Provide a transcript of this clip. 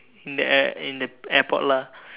in the air in the airport lah